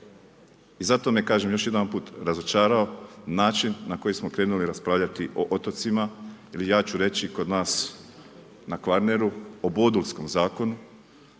I zato me, kažem još jedanput, razočarao način na koji smo krenuli raspravljati o otocima, ja ću reći kod nas na Kvarneru o Bodulskom zakonu